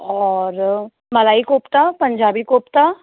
और मलाई कोफ्ता पंजाबी कोफ्ता